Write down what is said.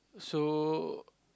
so